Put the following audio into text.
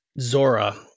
Zora